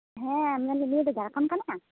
ᱦᱮᱸ ᱢᱮᱱ ᱫᱟᱹᱧ ᱱᱤᱭᱟᱹ ᱫᱚ ᱡᱷᱟᱲᱠᱷᱚᱱ ᱠᱟᱱᱟ